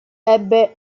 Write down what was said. ebbe